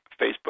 Facebook